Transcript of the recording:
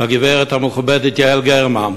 לגברת המכובדת יעל גרמן.